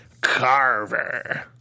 Carver